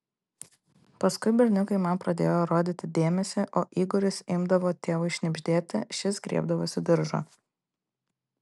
paskui berniukai man pradėjo rodyti dėmesį o igoris imdavo tėvui šnibždėti šis griebdavosi diržo